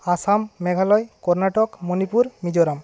Assam Meghalaya Karnataka Manipur Mizoram